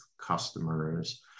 customers